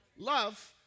Love